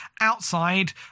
outside